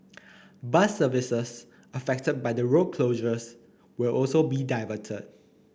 bus services affected by the road closures will also be diverted